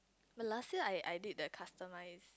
but last year I I did the customise